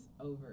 over